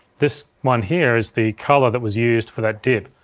this one here is the color that was used for that dip,